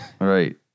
Right